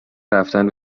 رفتن